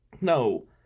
No